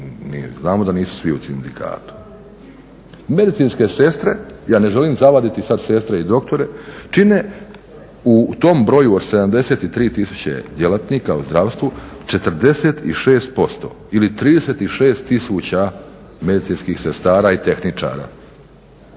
znamo da nisu svi u sindikatu. Medicinske sestre, ja ne želim zavaditi sada sestre i doktore, čine u tom broju od 73 tisuće djelatnika u zdravstvu 46% ili 36 tisuća medicinskih sestara i tehničara.